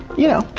you know,